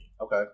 Okay